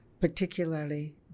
particularly